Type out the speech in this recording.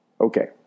Okay